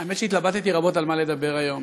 האמת שהתלבטתי רבות על מה לדבר היום,